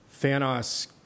Thanos